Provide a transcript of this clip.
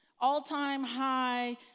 all-time-high